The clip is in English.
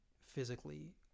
physically